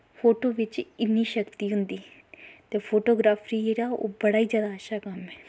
photo बिच्च इन्नी शक्ति होंदी ते फोटोग्राफरी जेह्ड़ा ओह् बड़ा ई अच्छा कम्म ऐ